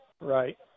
right